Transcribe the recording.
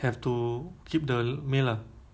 cousins uh